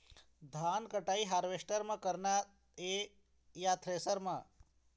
धान कटाई हारवेस्टर म करना ये या थ्रेसर म?